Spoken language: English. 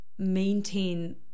maintain